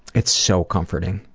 it's so comforting.